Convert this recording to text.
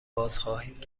بازخواهید